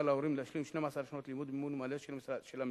להורים להשלים 12 שנות לימוד במימון מלא של המשרד,